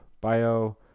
bio